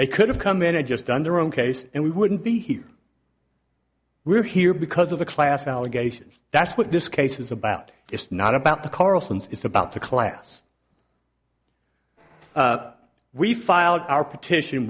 they could have come in and just done their own case and we wouldn't be here we're here because of the class allegations that's what this case is about it's not about the carlson's it's about the class we filed our petition